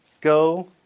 go